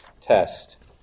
test